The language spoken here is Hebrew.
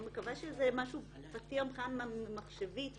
אני מקווה שזה משהו פתיר מבחינת מחשבים וכו'.